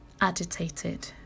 agitated